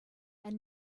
and